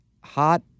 hot